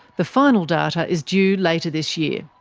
the final data is due later this year.